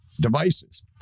devices